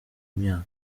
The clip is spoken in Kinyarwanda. imyaka